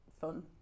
fun